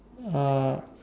uh